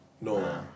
No